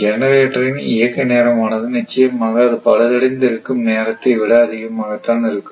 ஜெனரேட்டரின் இயக்க நேரமானது நிச்சயமாக அது பழுதடைந்து இருக்கும் நேரத்தை விட அதிகமாகத்தான் இருக்கும்